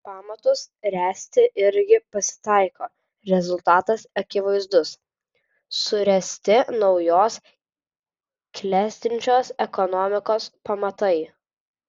pamatus ręsti irgi pasitaiko rezultatas akivaizdus suręsti naujos klestinčios ekonomikos pamatai